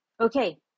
Okay